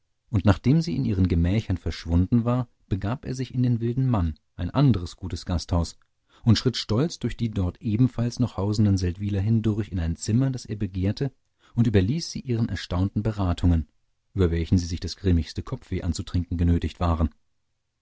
und nachdem sie in ihren gemächern verschwunden war begab er sich in den wilden mann ein anderes gutes gasthaus und schritt stolz durch die dort ebenfalls noch hausenden seldwyler hindurch in ein zimmer das er begehrte und überließ sie ihren erstaunten beratungen über welchen sie sich das grimmigste kopfweh anzutrinken genötigt waren